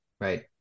Right